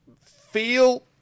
feel